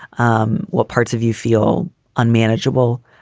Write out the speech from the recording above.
um what parts of you feel unmanageable.